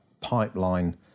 pipeline